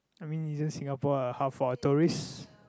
I mean isn't Singapore a hub for a tourist